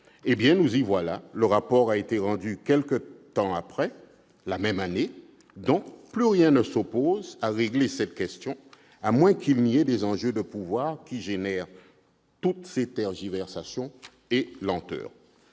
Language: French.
nous y voilà ! Le rapport a été rendu quelque temps après, la même année. Plus rien ne s'oppose à cette réforme, à moins que des enjeux de pouvoirs ne génèrent toutes ces tergiversations et lenteurs